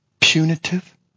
punitive